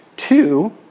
Two